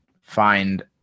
find